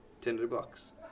Tinderbox